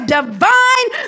divine